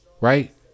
right